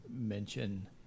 mention